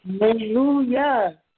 Hallelujah